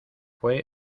fue